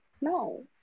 No